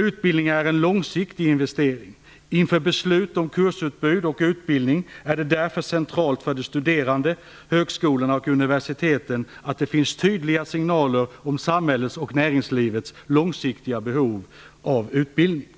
Utbildning är en långsiktig investering. Inför beslut om kursutbud och utbildning är det därför centralt för de studerande, högskolorna och universiteten att det finns tydliga signaler om samhällets och näringslivets långsiktiga behov av utbildning.